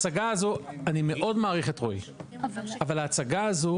אני מאוד מעריך את רועי אבל ההצגה הזאת